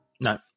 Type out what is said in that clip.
No